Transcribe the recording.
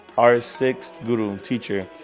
our sixth guru, teacher.